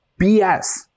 BS